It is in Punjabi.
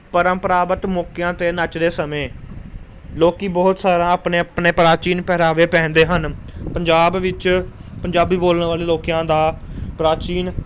ਪਰੰਪਰਾਗਤ ਮੌਕਿਆਂ 'ਤੇ ਨੱਚਦੇ ਸਮੇਂ ਲੋਕ ਬਹੁਤ ਸਾਰਾ ਆਪਣੇ ਆਪਣੇ ਪ੍ਰਾਚੀਨ ਪਹਿਰਾਵੇ ਪਹਿਨਦੇ ਹਨ ਪੰਜਾਬ ਵਿੱਚ ਪੰਜਾਬੀ ਬੋਲਣ ਵਾਲੇ ਲੋਕਾਂ ਦਾ ਪ੍ਰਾਚੀਨ